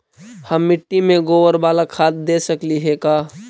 हम मिट्टी में गोबर बाला खाद दे सकली हे का?